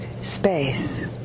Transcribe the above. space